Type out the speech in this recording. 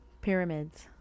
pyramids